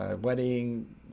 wedding